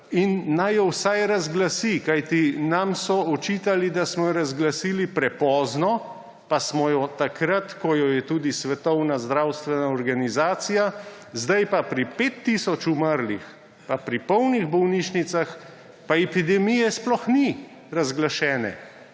In naj jo vsaj razglasi. Kajti nam so očitali, da smo jo razglasili prepozno, pa smo jo takrat, ko jo je tudi Svetovna zdravstvena organizacija, zdaj pa pri 5 tisoč umrlih in pri polnih bolnišnicah pa epidemija sploh ni razglašena.